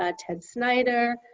ah ted snyder,